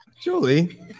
Julie